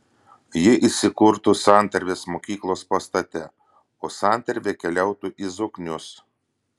ji įsikurtų santarvės mokyklos pastate o santarvė keliautų į zoknius